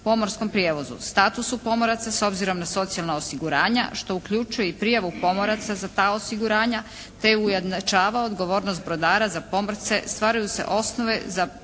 pomorskom prijevozu, statusu pomoraca s obzirom na socijalna osiguranja što uključuje i prijavu pomoraca za ta osiguranja te ujednačava odgovornost brodara za pomorce, stvaraju se osnove za